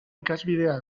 ikasbidea